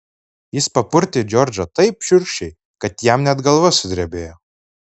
jis papurtė džordžą taip šiurkščiai kad jam net galva sudrebėjo